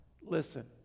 Listen